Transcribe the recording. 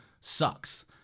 sucks